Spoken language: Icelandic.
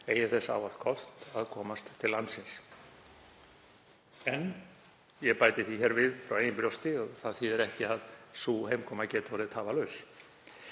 eigi þess ávallt kost að komast til landsins.“ Ég bæti því hér við frá eigin brjósti að það þýðir ekki að sú heimkoma geti orðið tafarlaus.